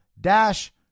dash